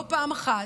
לא פעם אחת,